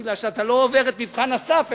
כי אתה לא עובר את מבחן הסף,